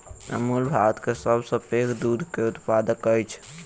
अमूल भारत के सभ सॅ पैघ दूध के उत्पादक अछि